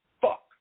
Fuck